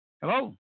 Hello